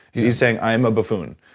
he's saying, i am a buffoon.